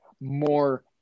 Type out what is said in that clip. more